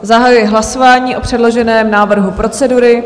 Zahajuji hlasování o předloženém návrhu procedury.